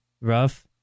rough